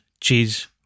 cheese